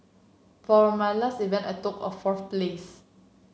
for my last event I took a fourth place